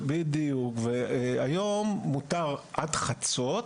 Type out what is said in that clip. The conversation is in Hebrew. היום מותר עד חצות,